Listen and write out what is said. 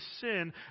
sin